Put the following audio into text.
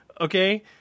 okay